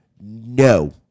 No